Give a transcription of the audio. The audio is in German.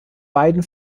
beiden